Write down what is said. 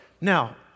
Now